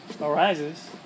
arises